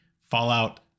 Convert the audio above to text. Fallout